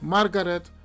Margaret